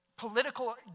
political